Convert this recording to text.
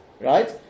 right